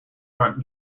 front